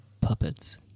puppets